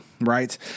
right